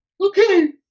okay